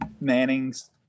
Mannings